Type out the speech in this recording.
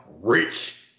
rich